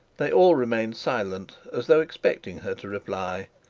they all remained silent as though expecting her to reply,